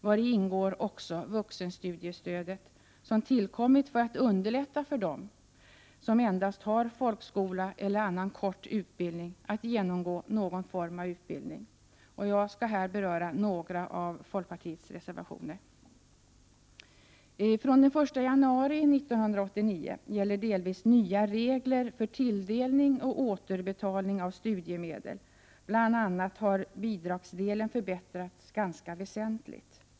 Däri ingår också vuxenstudiestödet, som tillkommit för att underlätta för dem som endast har folkskola eller annan kort utbildning att genomgå någon form av utbildning. Jag skall här beröra några av folkpartiets reservationer. Från den 1 januari 1989 gäller delvis nya regler för tilldelning och återbetalning av studiemedel. Bidragsdelen har bl.a. förbättrats ganska väsentligt.